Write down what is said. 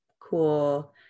cool